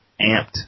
amped